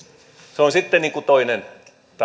se on sitten niin kuin toinen